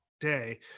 day